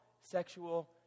sexual